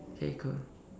okay cool